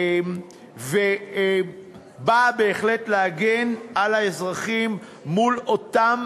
והוא בא, בהחלט, להגן על האזרחים מול אותם